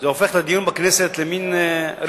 זה הופך את הדיון בכנסת למין ריטואל